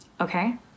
okay